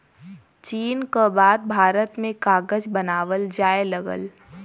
चीन क बाद भारत में कागज बनावल जाये लगल